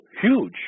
huge